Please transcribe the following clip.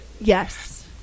Yes